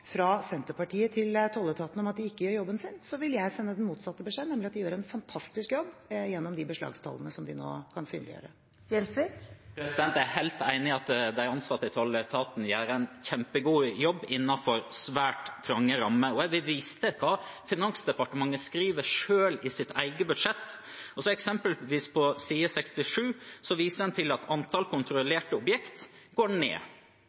fra Senterpartiet til tolletaten om at de ikke gjør jobben sin, vil jeg sende den motsatte beskjeden, nemlig at de gjør en fantastisk jobb, gjennom de beslagstallene som de nå kan synliggjøre. Jeg er helt enig i at de ansatte i tolletaten gjør en kjempegod jobb innenfor svært trange rammer. Jeg vil vise til hva Finansdepartementet skriver selv i sitt eget budsjett. Eksempelvis på side 67 viser de til at antall kontrollerte objekter går ned,